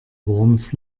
worms